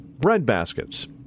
breadbaskets